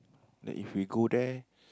then if we go there